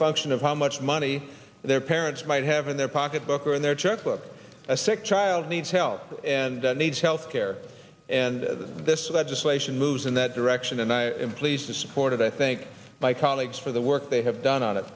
function of how much money their parents might have in their pocketbook or in their checkbook a sick child needs help and needs health care and this legislation moves in that direction and i am pleased to support it i think my colleagues for the work they have done on it